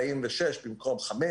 146, במקום 5